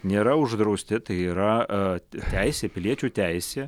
nėra uždrausti tai yra teisė piliečių teisė